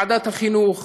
ועדת החינוך,